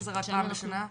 זה רק פעם בשנה?